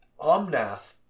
Omnath